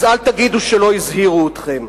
אל תגידו שלא הזהירו אתכם.